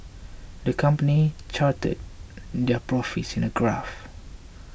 the company charted their profits in a graph